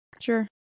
Sure